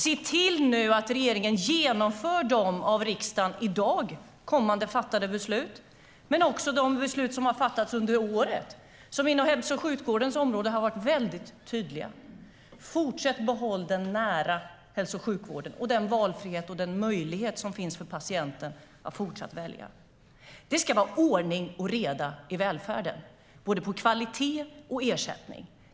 Se till att regeringen genomför de av riksdagen i dag fattade besluten men också de beslut som har fattats under året! Inom hälso och sjukvårdens område har de varit väldigt tydliga. Behåll den nära hälso och sjukvården och den valfrihet och möjlighet att välja som finns för patienten! Det ska vara ordning och reda i välfärden vad gäller både kvalitet och ersättning.